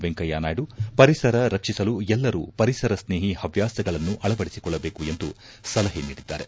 ವೆಂಕಯ್ಥನಾಯ್ನು ಪರಿಸರ ರಕ್ಷಿಸಲು ಎಲ್ಲರೂ ಪರಿಸರಸ್ನೇಹಿ ಹವ್ಯಾಸಗಳನ್ನು ಅಳವಡಿಸಿಕೊಳ್ಳಬೇಕು ಎಂದು ಸಲಹೆ ನೀಡಿದ್ದಾರೆ